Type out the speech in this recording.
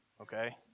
okay